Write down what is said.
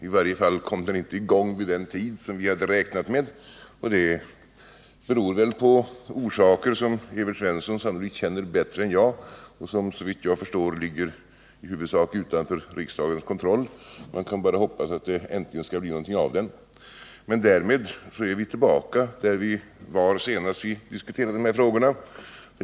I varje fall kom den inte i gång vid den tid som vi hade räknat med, och det har väl orsaker som Evert Svensson sannolikt känner bättre än jag och som, såvitt jag förstår, ligger i huvudsak utanför riksdagens kontroll. Man kan bara hoppas att det äntligen skall bli någonting av nämnden. Men därmed är vi tillbaka där vi var då vi senast diskuterade dessa frågor.